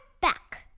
back